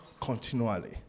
continually